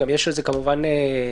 ויש על זה כמובן מחקרים,